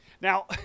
Now